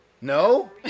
No